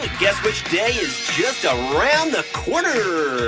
guess which day is just around the corner?